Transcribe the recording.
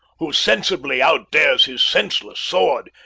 who sensible, outdares his senseless sword,